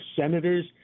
senators